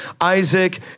Isaac